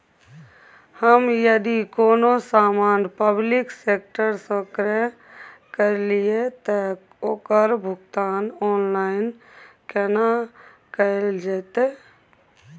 हम यदि कोनो सामान पब्लिक सेक्टर सं क्रय करलिए त ओकर भुगतान ऑनलाइन केना कैल जेतै?